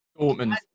Dortmund